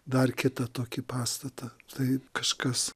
dar kitą tokį pastatą tai kažkas